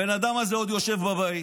הבן אדם הזה עוד יושב בבית.